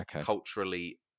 culturally